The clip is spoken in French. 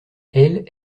elle